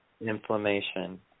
inflammation